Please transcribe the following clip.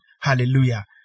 Hallelujah